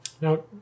Now